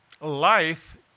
Life